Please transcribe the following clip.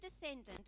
descendant